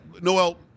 Noel